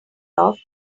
off